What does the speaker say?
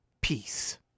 peace